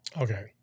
Okay